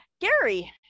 Gary